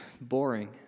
boring